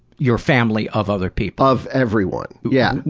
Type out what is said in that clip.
your family, of other people? of everyone, yeah.